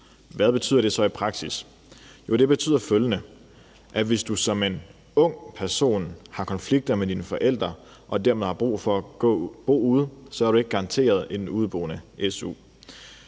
Hvad betyder det så i praksis? Det betyder, at hvis du som en ung person har konflikter med dine forældre og dermed har brug for at bo ude, er du ikke garanteret en udeboende su.